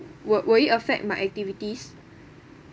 will will it affect my activities